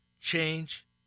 Change